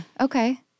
Okay